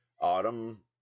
autumn